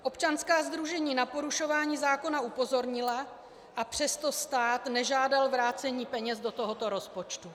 Občanská sdružení na porušování zákona upozornila, a přesto stát nežádal vrácení peněz do tohoto rozpočtu.